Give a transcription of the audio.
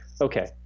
okay